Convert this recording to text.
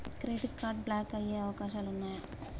Credit card block అయ్యే అవకాశాలు ఉన్నయా?